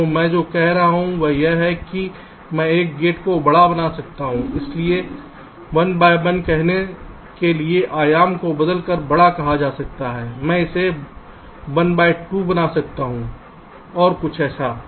तो मैं जो कह रहा हूं वह यह है कि मैं एक गेट को बड़ा बना सकता हूं इसलिए 1 से 1 कहने के लिए आयाम को बदलकर बड़ा कहा जाता है मैं इसे 1 से 2बना सकता हूं कुछ ऐसा है